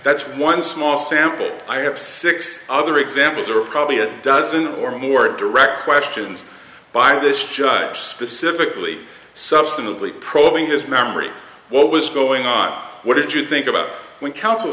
that's one small sample i have six other examples or probably a dozen or more direct questions by this judge specifically substantively probing his memory what was going on what did you think about when c